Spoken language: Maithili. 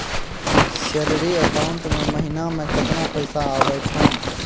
सैलरी अकाउंट मे महिना मे केतना पैसा आवै छौन?